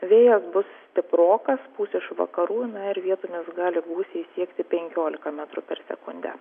vėjas bus stiprokas pūs iš vakarų na ir vietomis gali gūsiai siekti penkiolika metrų per sekundę